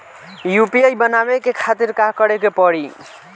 UPI बनावे के खातिर का करे के पड़ी?